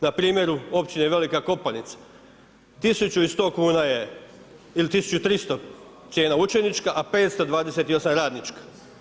Na primjeru opčine Velika Kopanica 1100 kuna je ili 1300 cijena učenička, a 528 radnička.